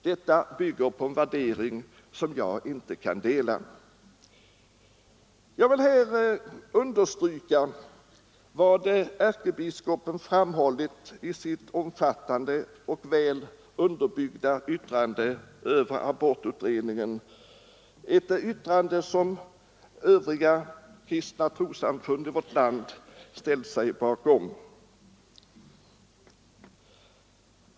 Detta bygger på en värdering som jag inte kan dela. Jag vill understryka vad ärkebiskopen uttalat i sitt omfattande och väl underbyggda yttrande över abortutredningen, ett yttrande som övriga kristna trossamfund i vårt land ställt sig bakom.